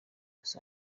los